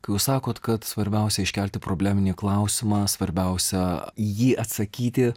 kai jūs sakot kad svarbiausia iškelti probleminį klausimą svarbiausi į jį atsakyti